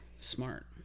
smart